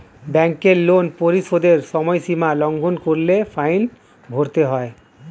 ব্যাংকের লোন পরিশোধের সময়সীমা লঙ্ঘন করলে ফাইন ভরতে হয়